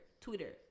Twitter